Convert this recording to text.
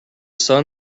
sun